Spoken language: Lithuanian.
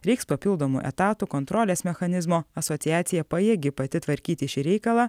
reiks papildomų etatų kontrolės mechanizmo asociacija pajėgi pati tvarkyti šį reikalą